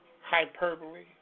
hyperbole